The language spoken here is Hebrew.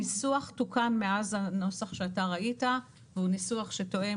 הניסוח תוקן מאז הנוסח שאתה ראית והוא ניסוח שתואם